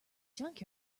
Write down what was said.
junk